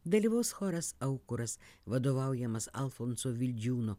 dalyvaus choras aukuras vadovaujamas alfonso vildžiūno